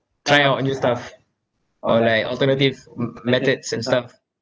try out new stuff or like alternative m~ methods and stuff